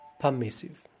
permissive